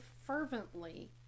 fervently